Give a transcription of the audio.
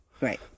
Right